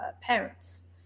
parents